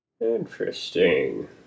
Interesting